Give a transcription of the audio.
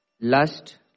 lust